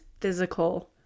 physical